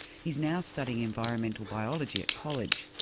he's now studying environmental biology at college.